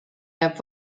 jääb